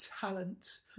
talent